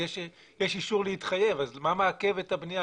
שיש אישור להתחייב אז מה מעכב את הבנייה?